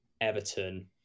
Everton